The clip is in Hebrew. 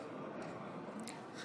בבקשה.